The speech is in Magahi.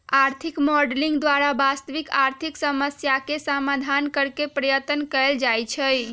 आर्थिक मॉडलिंग द्वारा वास्तविक आर्थिक समस्याके समाधान करेके पर्यतन कएल जाए छै